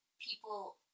people